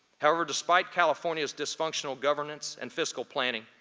however, despite california's dysfunctional governance and fiscal planning,